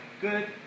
Good